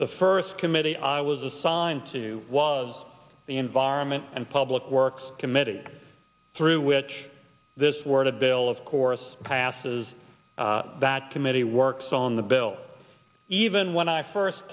the first committee i was assigned to was the environment and public works committee through which this word a bill of course passes that committee works on the bill even when i first